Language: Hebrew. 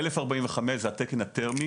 1045 זה התקן התרמי